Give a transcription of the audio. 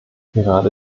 gerade